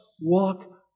walk